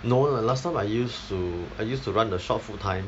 no lah last time I used to I used to run the shop full time